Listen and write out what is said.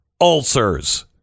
ulcers